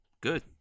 Good